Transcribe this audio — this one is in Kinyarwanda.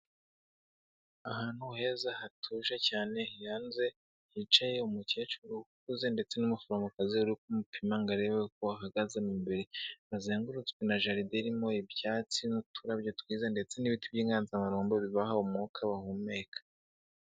Ahantu heza hatuje cyane hanze, hicaye umukecuru ukuze ndetse n'umuforomokazi uri kumupima ngo arebe uko ahagaze mu mubiri, hazengurutswe na jaride irimo ibyatsi n'uturabyo twiza ndetse n'ibiti by'inganzamarumbo bibaha umwuka bahumeka.